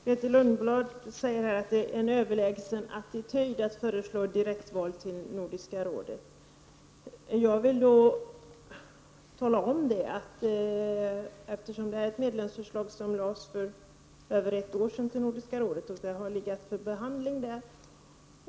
Herr talman! Grethe Lundblad säger att det innebär att ha en överlägsen attityd att föreslå direktval till Nordiska rådet. Det är ett medlemsförslag som väcktes för över ett år sedan och har legat för behandling där.